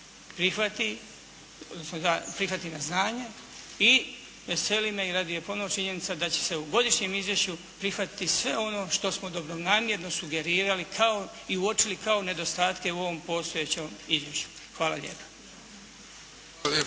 prihvati na znanje i veseli me i raduje ponovo činjenica da će se u godišnjem izvješću prihvatiti sve ono što smo dobronamjerno sugerirali kao i uočili kao nedostatke u ovom postojećem izvješću. Hvala lijepa.